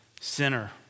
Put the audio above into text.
sinner